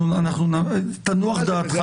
תנוח דעתך.